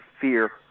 fear